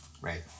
Right